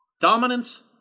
dominance